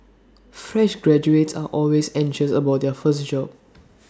fresh graduates are always anxious about their first job